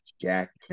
Jack